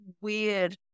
weird